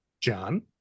john